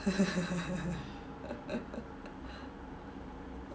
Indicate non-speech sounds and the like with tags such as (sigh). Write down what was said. (laughs)